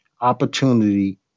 opportunity